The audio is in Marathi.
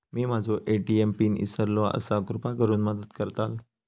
मी माझो ए.टी.एम पिन इसरलो आसा कृपा करुन मदत करताल